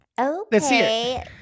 Okay